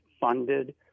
funded